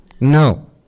No